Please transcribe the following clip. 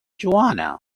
joanna